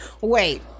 Wait